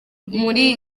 muri